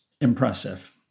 impressive